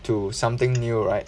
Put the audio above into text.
to something new right